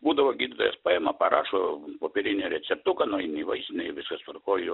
būdavo gi paima parašo popierinį receptuką nueini į vaistinę ir viskas tvarkoj jo